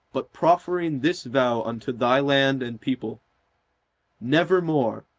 but proffering this vow unto thy land and people nevermore,